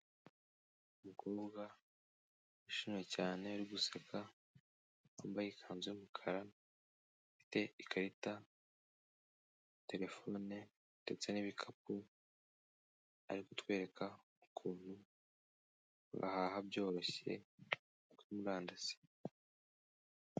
Umukobwa wishimye cyane uri guseka, wambaye ikanzu y'umukara, ufite ikarita, terefone ndetse n'ibikapu, ari kutwereka ukuntu bahaha byoroshye kuri murandasi.